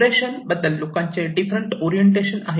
preparation बद्दल लोकांचे different orientation आहे